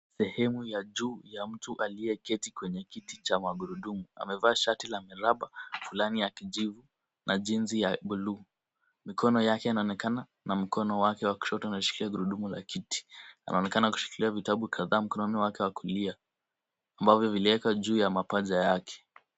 Sehemu ya juu ya mtu aliyeketi kwenye kiti cha magurudumu. Amevaa shati la miraba fulani ya kijivu na jeans ya buluu. Mikono yake inaonekana na mkono wake wa kushoto unashikia gurudumu la kiti. Anaonekana kushikilia vitabu kadhaa mkononi wake wa kulia ambavyo viliwekwa juu ya mapaja yake.